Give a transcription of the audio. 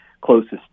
closest